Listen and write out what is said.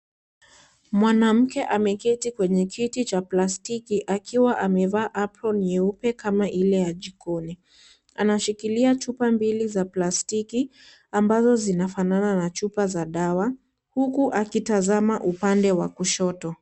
Mwanamke ameketi kwenye kiti cha plastiki akiwa amevaa apron nyeupe kama ile ya jikoni, anashikilia chupa mbili za plastiki ambazo zinafanana na chupa za dawa huku akitazama upande wa kushoto.